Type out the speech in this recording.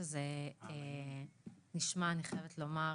אני חייבת לומר,